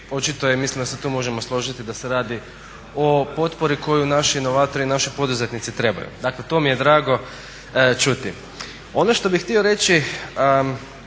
očito je i mislim da se tu možemo složiti, da se radi o potpori koju naši inovatori i naši poduzetnici trebaju. Dakle to mi je drago čuti. Ono što bi htio reći